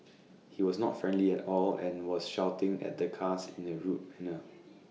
he was not friendly at all and was shouting at the cars in A rude manner